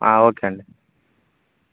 okay అండి